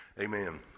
amen